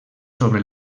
sobre